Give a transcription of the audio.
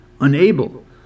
unable